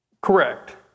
Correct